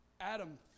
Adam